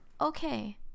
okay